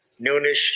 noonish